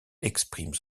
exprime